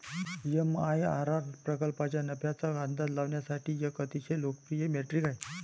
MIRR प्रकल्पाच्या नफ्याचा अंदाज लावण्यासाठी एक अतिशय लोकप्रिय मेट्रिक आहे